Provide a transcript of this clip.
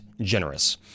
generous